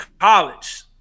college